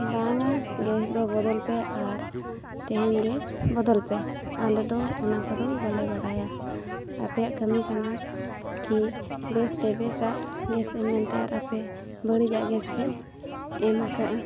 ᱵᱟᱝᱟ ᱜᱮᱥ ᱫᱚ ᱵᱚᱫᱚᱞ ᱯᱮ ᱟᱨ ᱛᱮᱦᱮᱧ ᱜᱮ ᱵᱚᱫᱚᱞ ᱯᱮ ᱟᱞᱮ ᱫᱚ ᱚᱱᱟ ᱠᱚᱫᱚ ᱵᱟᱞᱮ ᱵᱟᱲᱟᱭᱟ ᱟᱯᱮᱭᱟᱜ ᱠᱟᱹᱢᱤ ᱠᱟᱱᱟ ᱠᱤ ᱵᱮᱥ ᱛᱮ ᱵᱮᱥᱟᱜ ᱜᱮᱥ ᱮᱢ ᱢᱮᱱᱛᱮ ᱟᱨ ᱟᱯᱮ ᱵᱟᱹᱲᱤᱡᱟᱜ ᱜᱮᱥ ᱯᱮ ᱮᱢ ᱟᱠᱟᱫᱼᱟ